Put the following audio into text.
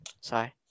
Sorry